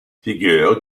figure